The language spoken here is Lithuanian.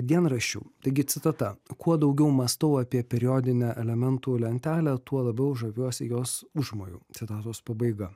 dienraščių taigi citata kuo daugiau mąstau apie periodinę elementų lentelę tuo labiau žaviuosi jos užmoju citatos pabaiga